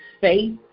faith